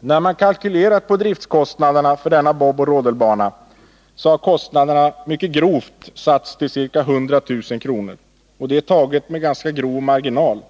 När man kalkylerat på driftkostnaderna för denna boboch rodelbana har kostnaderna grovt satts till 100 000 kr. Detta är taget med mycket bred marginal.